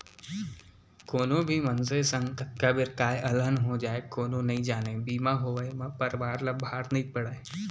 कोनो भी मनसे संग कतका बेर काय अलहन हो जाय कोनो नइ जानय बीमा होवब म परवार ल भार नइ पड़य